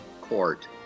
Court